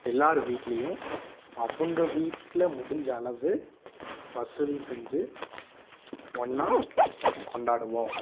எல்லார் வீட்லையும் அவங்க வீட்டில் முடிஞ்ச அளவு வசூல் செஞ்சு ஒன்றா கொண்டாடுவோம்